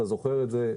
אתה זוכר את זה,